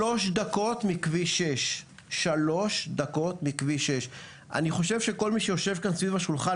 שלוש דקות מכביש 6. אני חושב שכל מי שיושב כאן סביב השולחן